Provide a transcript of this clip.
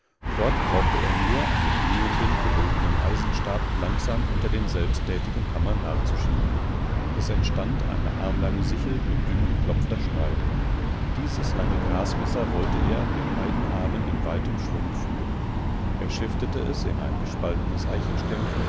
dort brauchte er nur einen glühenden gebogenen eisenstab langsam unter den selbsttätigen hammer nachzuschieben es entstand eine armlange sichel mit dünngeklopfter schneide dieses lange grasmesser wollte er mit beiden armen in weitem schwung führen er schäftete es in ein gespaltenes